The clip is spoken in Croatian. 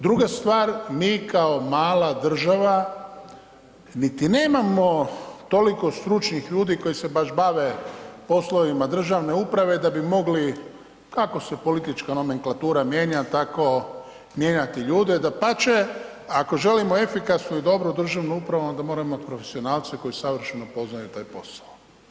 Druga stvar, mi kao mala država niti nemamo toliko stručnih ljudi koji se baš bave poslovima državne uprave, da bi mogli kako se političke nomenklatura mijenja tako mijenjati ljude dapače ako želio efikasnu i dobru državnu upravu onda moramo imati profesionalce koji savršeno poznaju taj posao.